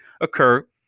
occur